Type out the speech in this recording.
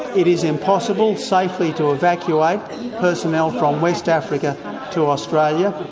it is impossible safely to evacuate personnel from west africa to australia,